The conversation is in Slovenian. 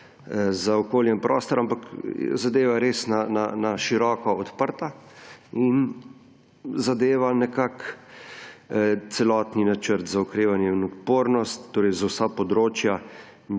za okolje in prostor, ampak je zadeva res na široko odprta in zadeva nekako celoten Načrt za okrevanje in odpornost, torej za vsa področja.